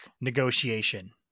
negotiation